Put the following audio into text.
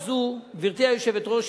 גברתי היושבת-ראש,